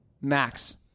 Max